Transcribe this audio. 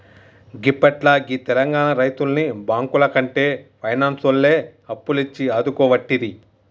గిప్పట్ల గీ తెలంగాణ రైతుల్ని బాంకులకంటే పైనాన్సోల్లే అప్పులిచ్చి ఆదుకోవట్టిరి